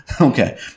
okay